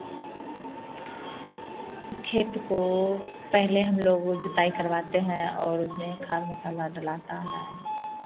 खेत को पहले हम लोगों जोताई करवाते हैं और उसमें खाद मसाला डालाता है